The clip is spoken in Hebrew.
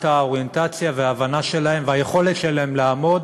האוריינטציה וההבנה שלהם והיכולת שלהם לעמוד